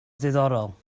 ddiddorol